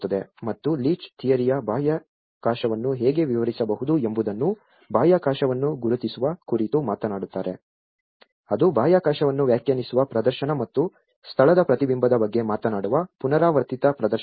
ಮತ್ತು ಲೀಚ್ ಥಿಯರಿಯು ಬಾಹ್ಯಾಕಾಶವನ್ನು ಹೇಗೆ ವಿವರಿಸಬಹುದು ಎಂಬುದನ್ನು ಬಾಹ್ಯಾಕಾಶವನ್ನು ಗುರುತಿಸುವ ಕುರಿತು ಮಾತನಾಡುತ್ತಾರೆ ಅದು ಬಾಹ್ಯಾಕಾಶವನ್ನು ವ್ಯಾಖ್ಯಾನಿಸುವ ಪ್ರದರ್ಶನ ಮತ್ತು ಸ್ಥಳದ ಪ್ರತಿಬಿಂಬದ ಬಗ್ಗೆ ಮಾತನಾಡುವ ಪುನರಾವರ್ತಿತ ಪ್ರದರ್ಶನಗಳು